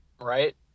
right